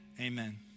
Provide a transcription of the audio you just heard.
Amen